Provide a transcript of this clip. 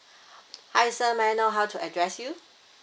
hi sir may I know how to address you